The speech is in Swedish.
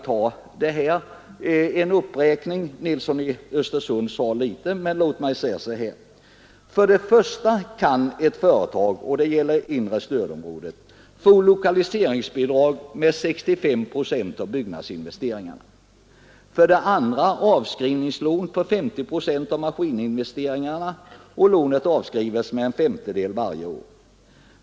Herr Nilsson i Östersund sade litet, men låt mig säga så här: För det första kan ett företag — och det gäller inre stödområdet — få lokaliseringsbidrag med 65 procent av byggnadsinvesteringarna, för det andra avskrivningslån på 50 procent av maskininvesteringarna. Lånet avskrivs med en femtedel varje år.